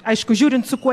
aišku žiūrint su kuo